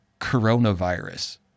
coronavirus—